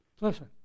Listen